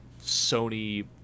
Sony